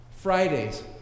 Fridays